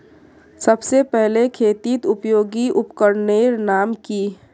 सबसे पहले खेतीत उपयोगी उपकरनेर नाम की?